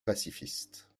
pacifistes